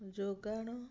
ଯୋଗାଣ